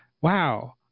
wow